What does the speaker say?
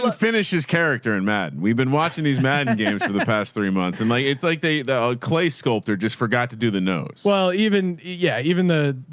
ah finishes character and matt, and we've been watching these madden games for the past three months. i'm and like, it's like the the ah clay sculptor just forgot to do the nose. well, even, yeah, even the,